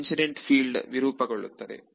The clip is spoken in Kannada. incident field ವಿರೂಪಗೊಳ್ಳುತ್ತದೆ